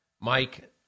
Mike